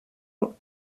ans